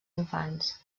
infants